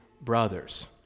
brothers